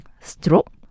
stroke